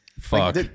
Fuck